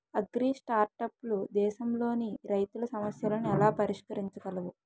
అగ్రిస్టార్టప్లు దేశంలోని రైతుల సమస్యలను ఎలా పరిష్కరించగలవు?